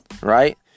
right